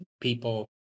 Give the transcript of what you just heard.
people